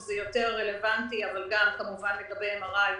שזה יותר רלוונטי לגבי MRI,